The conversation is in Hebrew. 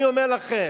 אני אומר לכם,